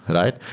right?